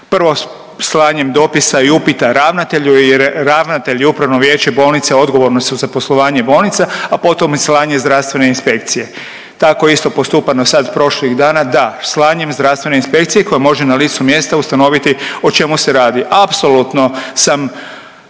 Prvo slanjem dopisa i upita ravnatelju jer i ravnatelj i upravno vijeće bolnice odgovorno su za poslovanje bolnice, a potom i slanje zdravstvene inspekcije. Tako je isto posutpano sad prošlih dana, da, slanjem zdravstvene inspekcije koja može na licu mjesta ustanoviti o čemu se radi. Apsolutno sam